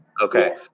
Okay